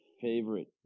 favorite